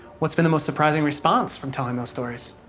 what's been the most surprising response from telling those stories?